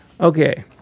Okay